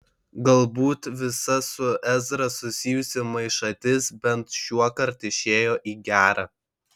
galbūt visa su ezra susijusi maišatis bent šiuokart išėjo į gera